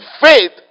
Faith